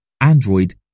Android